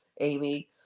Amy